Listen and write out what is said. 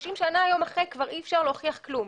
30 שנה אחרי כבר אי אפשר להוכיח כלום.